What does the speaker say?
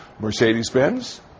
Mercedes-Benz